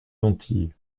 antilles